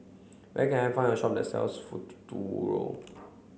where can I find a shop that sells Futuro